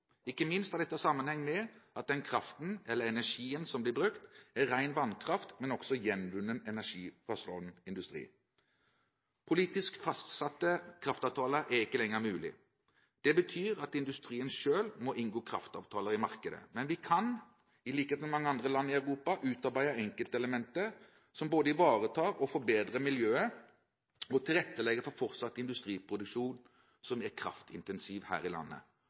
Ikke minst har dette sammenheng med at den kraften eller energien som blir brukt, er ren vannkraft, men også gjenvunnen energi fra slik industri. Politisk fastsatte kraftavtaler er ikke lenger mulig. Det betyr at industrien selv må inngå kraftavtaler i markedet. Men vi kan, i likhet med mange andre land i Europa, utarbeide enkeltelementer som både ivaretar og forbedrer miljøet og tilrettelegger for fortsatt kraftintensiv industriproduksjon her i landet.